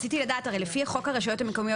רציתי לדעת לפי חוק הרשויות המקומיות